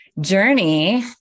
journey